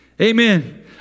Amen